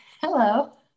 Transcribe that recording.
hello